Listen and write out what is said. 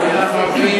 אנחנו עוברים